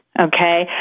okay